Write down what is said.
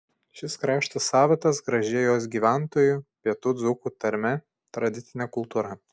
šis kraštas savitas gražia jos gyventojų pietų dzūkų tarme tradicine kultūra